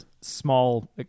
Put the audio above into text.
small